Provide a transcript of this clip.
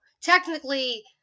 technically